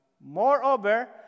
Moreover